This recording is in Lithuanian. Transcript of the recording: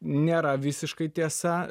nėra visiškai tiesa